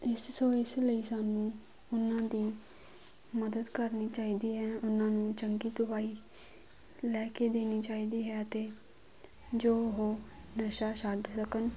ਇਸ ਸੋ ਇਸ ਲਈ ਸਾਨੂੰ ਉਹਨਾਂ ਦੀ ਮਦਦ ਕਰਨੀ ਚਾਹੀਦੀ ਹੈ ਉਹਨਾਂ ਨੂੰ ਚੰਗੀ ਦਵਾਈ ਲੈ ਕੇ ਦੇਣੀ ਚਾਹੀਦੀ ਹੈ ਤਾਂ ਜੋ ਉਹ ਨਸ਼ਾ ਛੱਡ ਸਕਣ